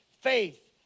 faith